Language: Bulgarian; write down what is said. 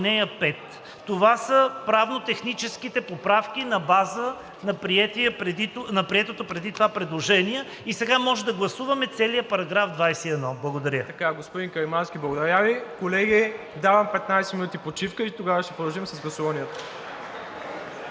Това са правно-техническите поправки на база на приетото преди това предложение. И сега може да гласуваме целия § 21. Благодаря. ПРЕДСЕДАТЕЛ МИРОСЛАВ ИВАНОВ: Господин Каримански, благодаря Ви. Колеги, давам 15 минути почивка и тогава ще продължим с гласуванията.